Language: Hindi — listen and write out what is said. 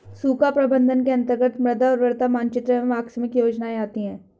सूखा प्रबंधन के अंतर्गत मृदा उर्वरता मानचित्र एवं आकस्मिक योजनाएं आती है